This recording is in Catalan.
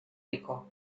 rico